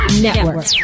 Network